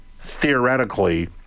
theoretically